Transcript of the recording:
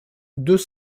deux